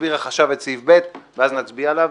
יסביר החשב את סעיף ב', ואז נצביע עליו.